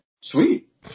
Sweet